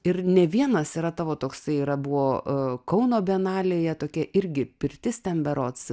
ir ne vienas yra tavo toksai yra buvo kauno bienalėje tokia irgi pirtis ten berods